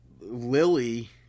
Lily